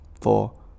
four